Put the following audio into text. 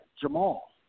Jamal